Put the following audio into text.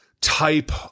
type